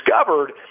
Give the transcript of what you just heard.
discovered –